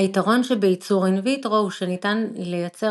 היתרון שבייצור אין ויטרו הוא שניתן לייצר